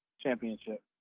Championship